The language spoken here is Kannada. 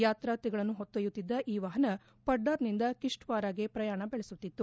ಯಾತಾರ್ಥಿಗಳನ್ನು ಹೊತ್ತೊಯ್ಯುತ್ತಿದ್ದ ಈ ವಾಹನ ಪಡ್ಡಾರ್ನಿಂದ ಕಿಶ್ಲ್ತಾರಾಗೆ ಪ್ರಯಾಣ ಬೆಳೆಸುತ್ತಿತ್ತು